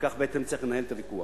וכך בעצם צריך לנהל את הוויכוח.